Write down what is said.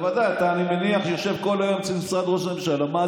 לא התקשרו קודם ולא התקשרו עכשיו.